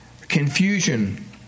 confusion